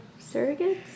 surrogates